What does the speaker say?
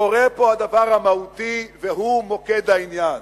קורה פה הדבר המהותי, והוא מוקד העניין.